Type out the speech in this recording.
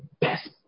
best